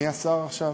מי השר עכשיו?